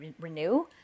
renew